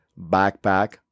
backpack